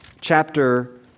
chapter